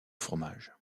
fromage